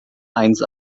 eins